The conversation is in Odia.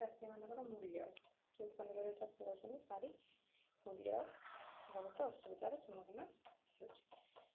ଚାଷୀ ମାନଙ୍କର ମୂଲ୍ୟ ଯେଉଁ ପନିପରିବା ଚାଷ କରୁଛନ୍ତି ତାରି ମୂଲ୍ୟ ବହୁତ ଅସୁବିଧାର ସମ୍ମୁଖୀନ ହେଉଛି